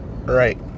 Right